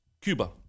cuba